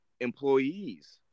employees